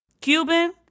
Cuban